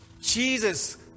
Jesus